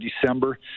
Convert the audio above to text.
December